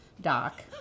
Doc